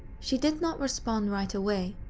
she did not respond right away.